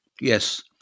Yes